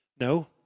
No